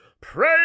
Pray